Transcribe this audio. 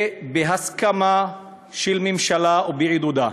ובהסכמה של ממשלה ובעידודה.